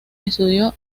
estudió